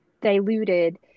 diluted